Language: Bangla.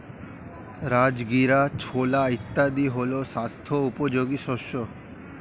রাজগীরা, ছোলা ইত্যাদি হল স্বাস্থ্য উপযোগী শস্য